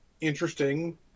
interesting